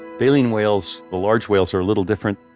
baleen whales, the large whales are a little different.